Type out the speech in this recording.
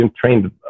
trained